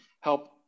help